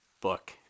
book